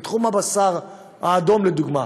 בתחום הבשר האדום, לדוגמה,